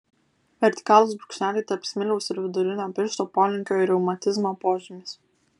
vertikalūs brūkšneliai tarp smiliaus ir vidurinio piršto polinkio į reumatizmą požymis